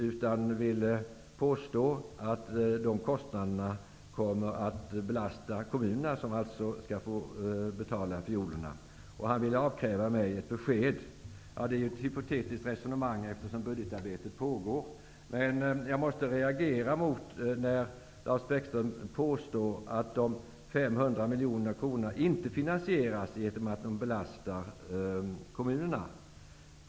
Han ville påstå att dessa kostnader kommer att belasta kommunerna, som alltså skulle få betala fiolerna. Han ville avkräva mig ett besked. Det är ett hypotetiskt resonemang, eftersom budgetarbetet pågår. Men jag måste reagera mot Lars Bäckströms påstående att de 500 miljonerna inte finansieras i och med att de belastar kommunerna.